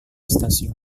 stasiun